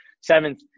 seventh